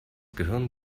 gehirn